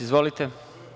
Izvolite.